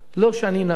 זה לא שאני נביא.